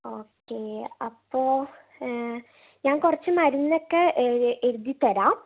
okay അപ്പോൾ ഞാൻ കുറച്ച് മരുന്നൊക്കെ എഴുതിത്തരാം